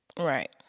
Right